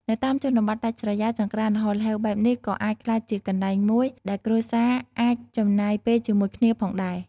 នៅតាមជនបទដាច់ស្រយាល ចង្រ្កានល្ហល្ហេវបែបនេះក៏អាចក្លាយជាកន្លែងមួយដែលគ្រួសារអាចចំណាយពេលជាមួយគ្នាផងដែរ។